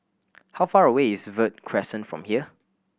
how far away is Verde Crescent from here